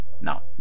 Now